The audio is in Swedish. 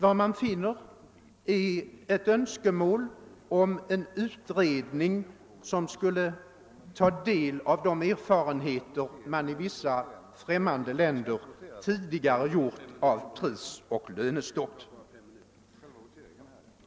Vad man finner är ett önskemål om en utredning som skulle redovisa de erfarenheter vilka tidigare gjorts i vissa främmande länder av prisoch lönestopp.